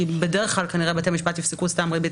בדרך כלל כנראה בתי המשפט יפסקו סתם ריבית